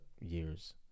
years